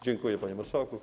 Dziękuję, panie marszałku.